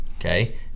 Okay